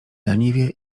leniwie